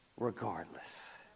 regardless